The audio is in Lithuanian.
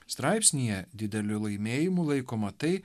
straipsnyje dideliu laimėjimu laikoma tai